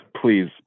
please